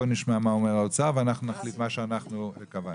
בואו נשמע מה אומר האוצר ואנחנו נחליט מה שאנחנו קבענו.